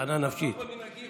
הכנה נפשית.